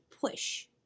push